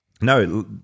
No